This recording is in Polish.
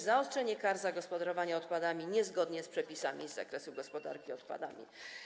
Zaostrza się kary dotyczące gospodarowania odpadami niezgodnie z przepisami z zakresu gospodarki odpadami.